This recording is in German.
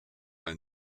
ein